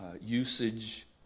usage